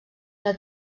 una